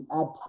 add